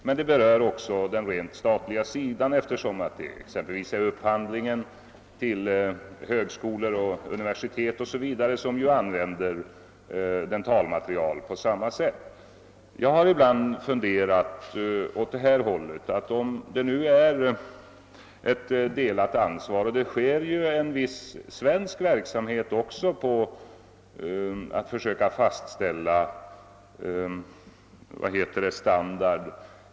Men det berör även den statliga sidan, eftersom det exempelvis är fråga om upphandling till högskolor och universitet, vilka ju använder dentalmaterial på samma sätt. Jag har ibland funderat så här: Det är ju fråga om ett delat ansvar, och en viss svensk verksamhet pågår med avsikt att söka fastställa standard.